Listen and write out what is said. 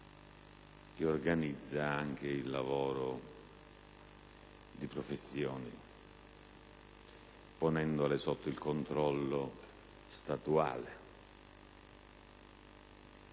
che organizza anche il lavoro di professioni, ponendole sotto il controllo statuale.